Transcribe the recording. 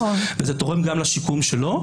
וזה תורם גם לשיקום שלו,